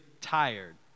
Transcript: tired